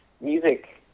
music